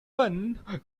one